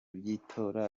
by’itora